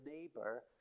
neighbor